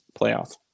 playoff